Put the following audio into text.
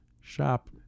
shop